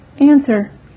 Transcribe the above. Answer